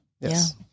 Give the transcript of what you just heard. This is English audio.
Yes